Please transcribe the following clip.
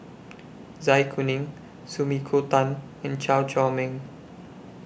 Zai Kuning Sumiko Tan and Chew Chor Meng